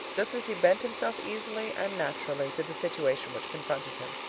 just as he bent himself easily and naturally to the situation which confronted him.